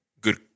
good